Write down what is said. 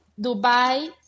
Dubai